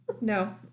no